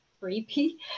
creepy